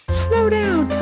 slow down,